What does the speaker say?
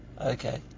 okay